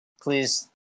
please